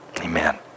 Amen